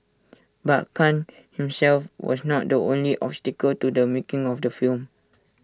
but Khan himself was not the only obstacle to the making of the film